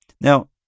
Now